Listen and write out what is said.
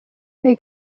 neu